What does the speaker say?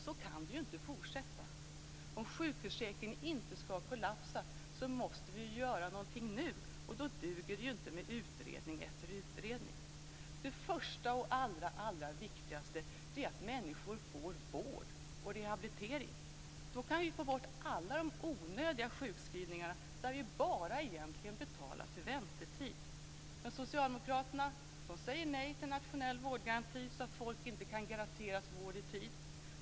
Så kan det inte fortsätta. Om sjukförsäkringen inte ska kollapsa måste vi göra någonting nu. Och då duger det inte med utredning efter utredning. Det första och allra viktigaste är att människor får vård och rehabilitering. Då kan vi få bort alla de onödiga sjukskrivningarna där vi egentligen bara betalar för väntetid. Men socialdemokraterna säger nej till en nationell vårdgaranti som kan tillförsäkra folk vård i tid.